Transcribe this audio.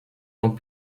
dans